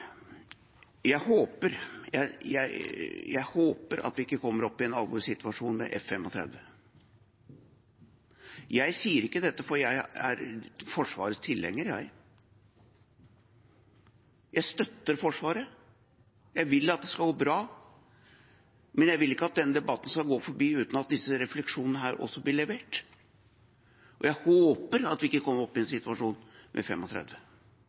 Jeg håper at vi ikke kommer opp i en alvorlig situasjon med F-35. Jeg er Forsvarets tilhenger, jeg. Jeg støtter Forsvaret. Jeg vil at det skal gå bra. Men jeg vil ikke at denne debatten skal gå forbi uten at disse refleksjonene blir levert. Jeg håper virkelig at vi ikke kommer i en